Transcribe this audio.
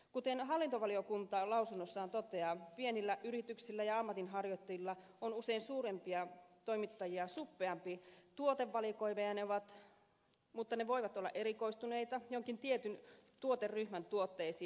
kuten hallintovaliokunta lausunnossaan toteaa pienillä yrityksillä ja ammatinharjoittajilla on usein suurempia toimittajia suppeampi tuotevalikoima mutta ne voivat olla erikoistuneita jonkin tietyn tuoteryhmän tuotteisiin